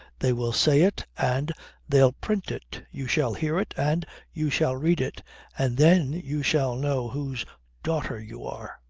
they will say it, and they'll print it. you shall hear it and you shall read it and then you shall know whose daughter you are.